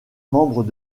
membres